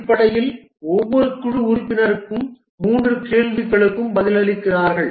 அடிப்படையில் ஒவ்வொரு குழு உறுப்பினரும் 3 கேள்விகளுக்கு பதிலளிக்கிறார்கள்